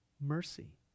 mercy